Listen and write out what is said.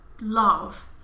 love